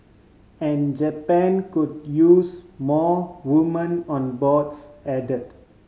and Japan could use more woman on boards added